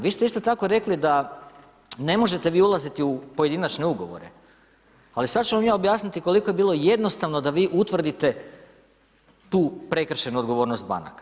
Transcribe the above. Vi ste isto tako rekli da ne možete vi ulaziti u pojedinačne ugovore, ali sad ću vam ja objasniti koliko je bilo jednostavno da vi utvrdite tu prekršajnu odgovornosti banaka.